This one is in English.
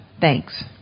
Thanks